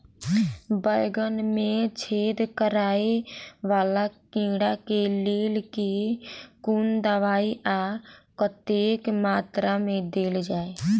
बैंगन मे छेद कराए वला कीड़ा केँ लेल केँ कुन दवाई आ कतेक मात्रा मे देल जाए?